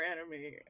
enemy